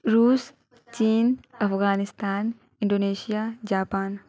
روس چین Afghanistan Indonesia Japan